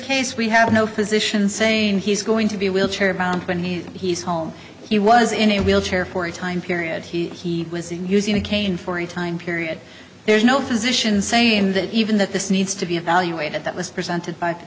case we have no physicians saying he's going to be wheelchair bound by any he he's home he was in a wheelchair for a time period he was in using a cane for a time period there's no physicians saying that even that this needs to be evaluated that was presented by